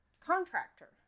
contractor